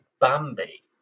bambi